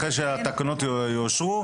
אחרי שהתקנות יאושרו,